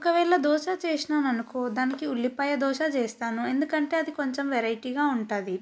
ఒకవేళ దోశ చేసినాను అనుకో దానికి ఉల్లిపాయ దోశ చేస్తాను ఎందుకంటే అది కొంచెం వెరైటీగా ఉంటుంది